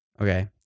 Okay